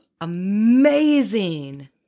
amazing